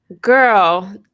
Girl